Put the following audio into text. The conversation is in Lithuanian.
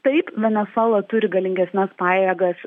taip venesuela turi galingesnes pajėgas